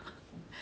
sensitive